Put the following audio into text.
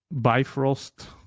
bifrost